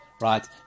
right